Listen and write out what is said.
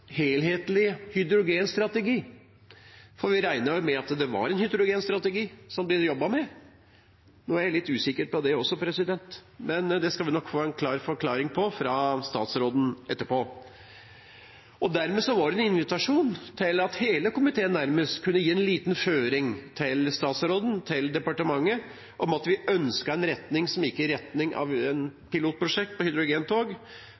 hydrogenstrategi, for vi regnet med at det ble jobbet med en hydrogenstrategi. Nå er jeg litt usikker på det også, men det skal vi nok få en klar forklaring på fra statsråden etterpå. Dermed var det en invitasjon til at hele komiteen nærmest kunne gi en liten føring til statsråden, til departementet, om at vi ønsket at det gikk i retning av et pilotprosjekt på hydrogentog,